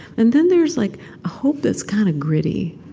and then there's like a hope that's kind of gritty.